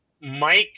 Mike